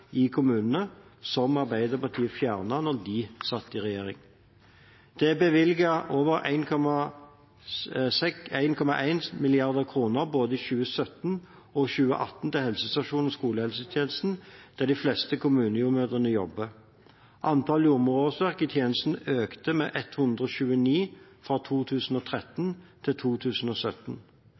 i kommunene, noe som Arbeiderpartiet fjernet da de satt i regjering. Det er bevilget over 1,1 mrd. kr både i 2017 og 2018 til helsestasjoner og skolehelsetjenesten, der de fleste kommunejordmødrene jobber. Antallet jordmorårsverk i tjenesten økte med 129 fra 2013 til 2017.